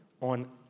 on